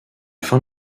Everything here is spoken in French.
fin